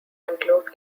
include